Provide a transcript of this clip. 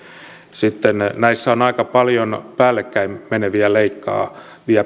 sitten näissä on aika paljon päällekkäin meneviä leikkaavia